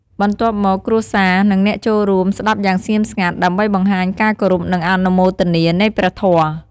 បន្ទាប់មក គ្រួសារ និងអ្នកចូលរួមស្តាប់យ៉ាងស្ងៀមស្ងាត់ ដើម្បីបង្ហាញការគោរពនិងអនុមោទនានៃព្រះធម៌។